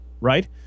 right